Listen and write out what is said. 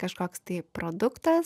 kažkoks tai produktas